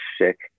sick